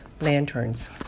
lanterns